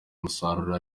umusaruro